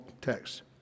text